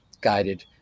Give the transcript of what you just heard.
guided